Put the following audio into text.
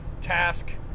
task